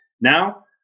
Now